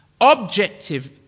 Objective